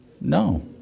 no